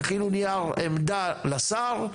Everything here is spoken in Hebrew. תכינו נייר עמדה לשר.